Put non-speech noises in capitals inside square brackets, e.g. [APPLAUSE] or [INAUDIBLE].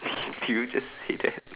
[NOISE] did you just say that